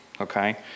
okay